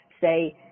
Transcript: say